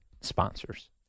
sponsors